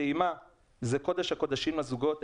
טעימה זה קודש הקודשים של הזוגות,